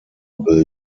bill